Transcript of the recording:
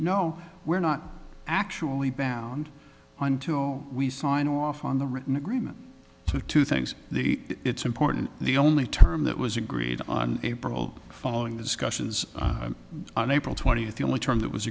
no we're not actually bound until we sign off on the written agreement to two things the it's important the only term that was agreed on april following the discussions on april twentieth the only term that was